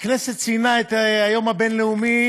הכנסת ציינה את היום הבין-לאומי